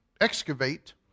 excavate